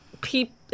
people